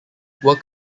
work